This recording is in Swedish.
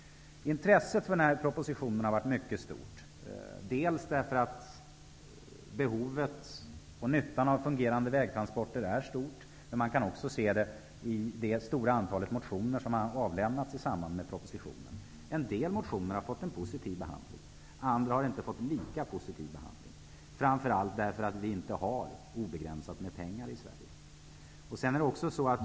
Intresset för propositionen har varit mycket stort. Behovet av fungerande vägtransporter är stort, och nyttan är stor. Man kan också se intresset i det stora antal motioner som har avlämnats i samband med propositionen. En del motioner har fått en positiv behandling. Andra har inte fått lika positiv behandling, framför allt därför att vi inte har obegränsat med pengar i Sverige.